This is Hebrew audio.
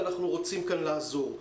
ואנחנו רוצים לעזור כאן.